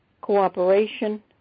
cooperation